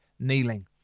kneeling